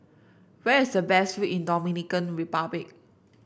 where is the best view in Dominican Republic